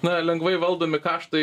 na lengvai valdomi kaštai